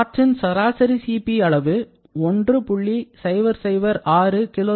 காற்றின் சராசரி Cp அளவு 1